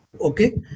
Okay